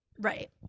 right